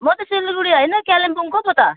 म त सिलगडी होइन कालिम्पोङको पो त